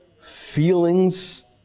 feelings